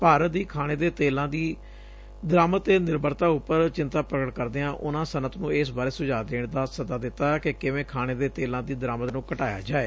ਭਾਰਤ ਦੀ ਖਾਣੇ ਦੇ ਤੇਲਾਂ ਦੀ ਦਰਾਮਦ ਤੇ ਨਿਰਭਰਤਾ ਉਪਰ ਚਿੱਤਾ ਪ੍ਰਗਟ ਕਰਦਿਆਂ ਉਨਾਂ ਸਨੱਅਤ ਨੂੰ ਇਸ ਬਾਰੇ ਸੁਝਾਅ ਦੇਣ ਦਾ ਸੱਦਾ ਦਿੱਤਾ ਕਿ ਕਿਵੇ ਖਾਣੇ ਦੇ ਤੇਲਾਂ ਦੀ ਦਰਾਮਦ ਨੁੰ ਘਟਾਇਆ ਜਾਏ